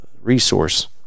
resource